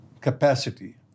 capacity